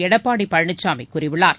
எடப்பாடி பழனிசாமி கூறியுள்ளார்